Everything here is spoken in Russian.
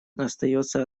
остается